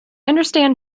understand